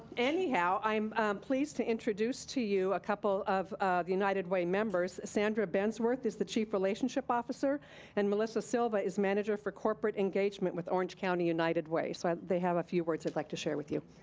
anyhow, i'm please to introduce to you, a couple of united way members. sandra bensworth is the chief relationship officer and melissa silva is manager for corporate engagement with orange county united way, so they have a few words i'd like to share with you.